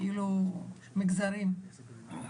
כאילו מבחינת